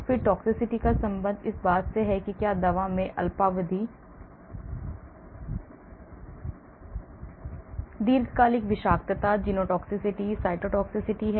फिर toxicity का संबंध इस बात से है कि क्या दवा में अल्पावधि दीर्घकालिक विषाक्तता जीनोटॉक्सिसिटी साइटोटॉक्सिसिटी है